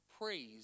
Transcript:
praise